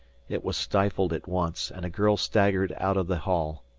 it was stifled at once, and a girl staggered out of the hall.